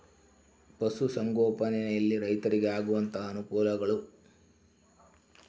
ಪಶುಸಂಗೋಪನೆಯಲ್ಲಿ ರೈತರಿಗೆ ಆಗುವಂತಹ ಅನುಕೂಲಗಳು?